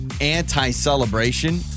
anti-celebration